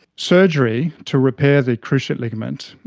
surgery to repair the cruciate ligament,